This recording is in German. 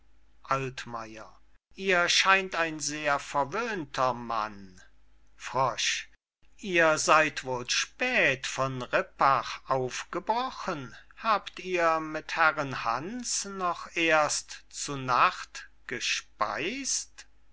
ihr scheint ein sehr verwöhnter mann ihr seyd wohl spät von rippach aufgebrochen habt ihr mit herren hans noch erst zu nacht gespeis't